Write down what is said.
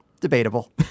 Debatable